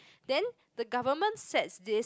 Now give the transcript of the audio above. then the government sets this